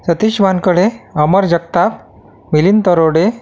Satish Wankade Amar Jagtap Milind Tarwade